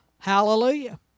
Hallelujah